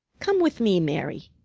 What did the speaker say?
come with me, mary,